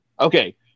Okay